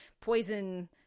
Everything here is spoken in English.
poison